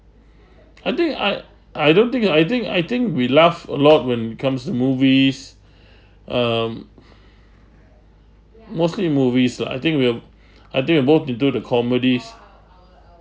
I think I I don't think you I think I think we laugh a lot when comes to movies um mostly movies lah I think we'll I think we're both into the comedies